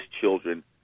children